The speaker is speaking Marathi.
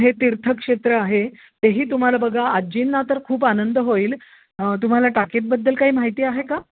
हे तीर्थक्षेत्र आहे तेही तुम्हाला बघा आज्जींना तर खूप आनंद होईल तुम्हाला टाकेदबद्दल काही माहिती आहे का